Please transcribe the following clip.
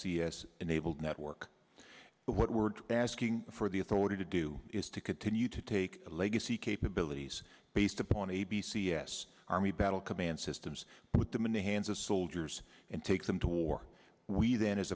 c s enabled network but what we're asking for the authority to do is to continue to take legacy capabilities based upon a b c s army battle command systems put them in the hands of soldiers and take them to war we then as